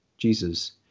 jesus